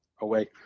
away